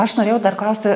aš norėjau dar klausti